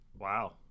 Wow